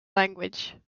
language